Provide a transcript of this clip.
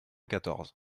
quatorze